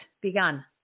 begun